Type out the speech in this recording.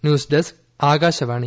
news desk Akashvani